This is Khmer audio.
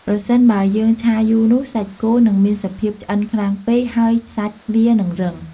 ប្រសិនបើយើងឆាយូរនោះសាច់គោនឹងមានសភាពឆ្អិនខ្លាំងពេកហើយសាច់វានិងរឹង។